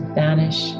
vanish